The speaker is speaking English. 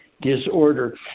disorder